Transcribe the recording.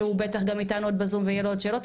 שהוא בטח גם איתנו עוד בזום ויהיה לו עוד שאלות,